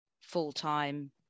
full-time